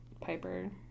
Piper